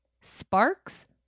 Sparks